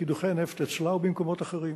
בקידוחי נפט אצלה ובמקומות אחרים.